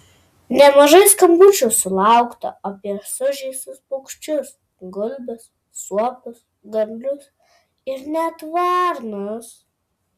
nemažai skambučių sulaukta apie sužeistus paukščius gulbes suopius gandrus ir net varnas